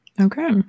Okay